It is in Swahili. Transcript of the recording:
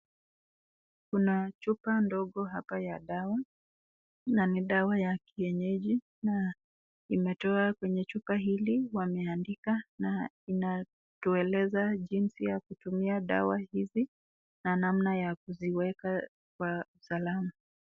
Kuna chupa ndogo hapa ya dawa, na ni dawwa ya kienyeji na imetoa kwenye chupa hili wameandika na inatueleza jinsi ya kutumia dawa hizi na namna ya kuziweka kwa usalama.